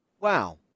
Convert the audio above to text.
Wow